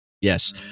Yes